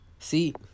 See